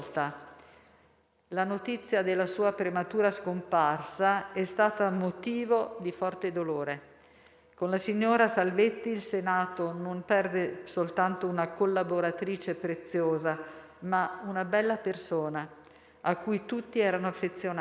La notizia della sua prematura scomparsa è stata motivo di forte dolore. Con la signora Salvetti, il Senato non perde soltanto una collaboratrice preziosa, ma una bella persona a cui tutti erano affezionati,